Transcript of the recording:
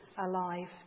alive